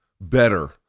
better